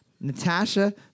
Natasha